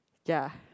ya